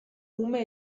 ume